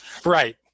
right